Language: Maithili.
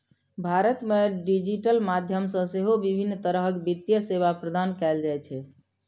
भारत मे डिजिटल माध्यम सं सेहो विभिन्न तरहक वित्तीय सेवा प्रदान कैल जाइ छै